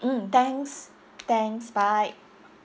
mm thanks thanks bye